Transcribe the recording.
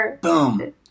Boom